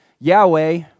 Yahweh